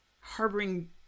harboring